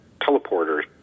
teleporters